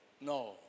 no